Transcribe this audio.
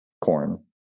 corn